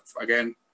again